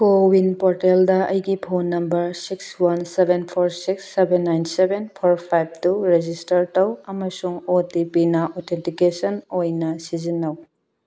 CoWIN ꯄꯣꯔꯇꯦꯜꯗ ꯑꯩꯒꯤ phone number six one seven four six seven nine seven four five two register ꯇꯧ ꯑꯃꯁꯨꯡ O T ꯄꯤꯅ authentication ꯑꯣꯏꯅ ꯁꯤꯖꯤꯟꯅꯧ